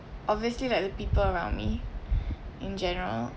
obviously like the people around me in general